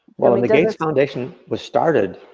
when when the gates foundation was started,